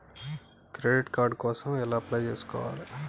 Credit card కోసం ఎలా apply చేసుకోవాలి?